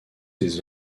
ses